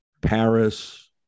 paris